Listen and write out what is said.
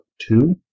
two